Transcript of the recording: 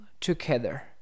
together